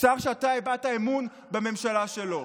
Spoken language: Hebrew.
שר שאתה הבעת אמון בממשלה שלו.